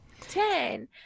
ten